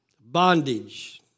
Bondage